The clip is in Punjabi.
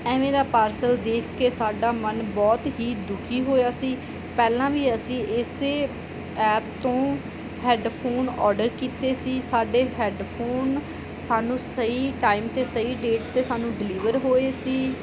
ਐਵੇਂ ਦਾ ਪਾਰਸਲ ਦੇਖ ਕੇ ਸਾਡਾ ਮਨ ਬਹੁਤ ਹੀ ਦੁਖੀ ਹੋਇਆ ਸੀ ਪਹਿਲਾਂ ਵੀ ਅਸੀਂ ਇਸੇ ਐਪ ਤੋਂ ਹੈਡਫੋਨ ਆਰਡਰ ਕੀਤੇ ਸੀ ਸਾਡੇ ਹੈਡਫੋਨ ਸਾਨੂੰ ਸਹੀ ਟਾਈਮ 'ਤੇ ਸਹੀ ਡੇਟ 'ਤੇ ਸਾਨੂੰ ਡਿਲੀਵਰ ਹੋਏ ਸੀ